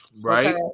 right